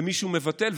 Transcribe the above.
ומישהו מבטל.